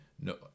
No